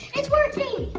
it's working!